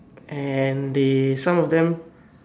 and they some of them